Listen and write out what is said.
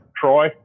Troy